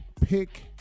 pick